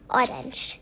orange